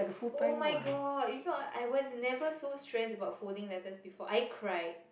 oh-my-god you know I was never so stress about folding letters before I cried